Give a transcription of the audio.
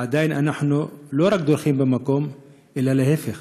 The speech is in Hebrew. ועדיין אנחנו לא רק דורכים במקום אלא להפך,